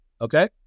okay